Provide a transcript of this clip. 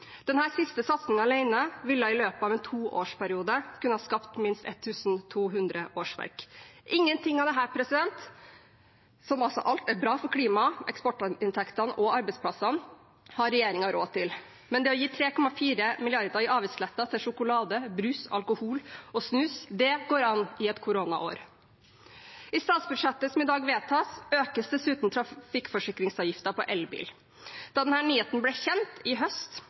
siste satsingen alene kunne i løpet av en toårsperiode ha skapt minst 1 200 årsverk. Ingenting av dette, som altså alt er bra for klimaet, eksportinntektene og arbeidsplassene, har regjeringen råd til, men de har gitt 3,4 mrd. kr i avgiftslette til sjokolade, brus, alkohol og snus. Det går an i et koronaår! I statsbudsjettet som i dag vedtas, økes dessuten trafikkforsikringsavgiften på elbil. Da denne nyheten ble kjent i høst,